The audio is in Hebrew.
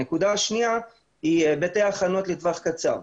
הנקודה השנייה היא הכנות לטווח קצר.